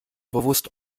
bewusst